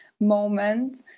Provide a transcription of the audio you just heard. moment